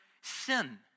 sin